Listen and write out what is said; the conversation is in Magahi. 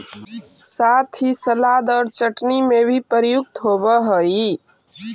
साथ ही सलाद और चटनी में भी प्रयुक्त होवअ हई